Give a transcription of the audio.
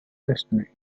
destiny